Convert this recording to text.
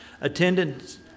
Attendance